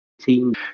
team